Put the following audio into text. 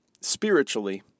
spiritually